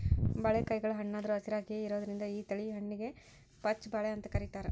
ಬಾಳಿಕಾಯಿಗಳು ಹಣ್ಣಾದ್ರು ಹಸಿರಾಯಾಗಿಯೇ ಇರೋದ್ರಿಂದ ಈ ತಳಿ ಹಣ್ಣಿಗೆ ಪಚ್ಛ ಬಾಳೆ ಅಂತ ಕರೇತಾರ